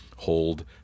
hold